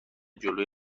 جلوی